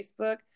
facebook